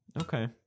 Okay